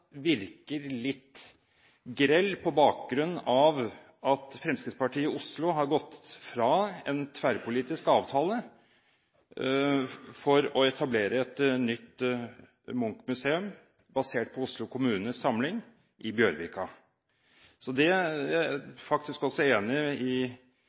virker litt grell på bakgrunn av at Fremskrittspartiet i Oslo har gått fra en tverrpolitisk avtale for å etablere et nytt Munch-museum basert på Oslo kommunes samling i Bjørvika. Så jeg er faktisk også enig i